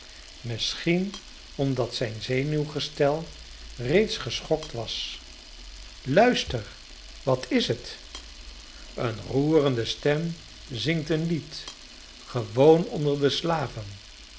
misschien omdat zijn zenuwgestel reeds geschokt was luister wat is het een roerende stem zingt een lied gewoon onder de slaven